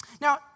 Now